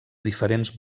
diferents